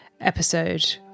episode